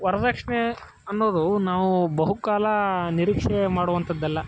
ವರ್ದಕ್ಷಿಣೆ ಅನ್ನೋದು ನಾವು ಬಹುಕಾಲ ನಿರೀಕ್ಷೆ ಮಾಡುವಂಥದ್ದಲ್ಲ